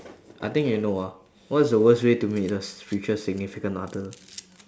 I think you know ah what is the worst way to meet a future significant other